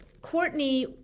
courtney